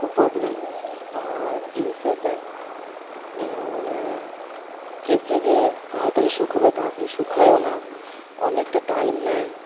খুব প্রবলেম আর জিন্সের প্যান্ট মানে কেচে যে তাড়াতাড়ি শুকাবে তাড়াতাড়ি শুকায়ও না অনেকটা টাইম নেয়